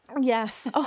Yes